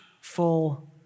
full